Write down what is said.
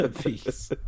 Peace